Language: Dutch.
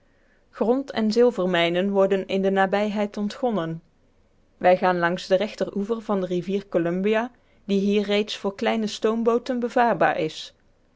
grond en zilvermijnen worden in de nabijheid ontgonnen wij gaan langs den rechteroever van de rivier columbia die hier reeds voor kleine stoombooten bevaarbaar is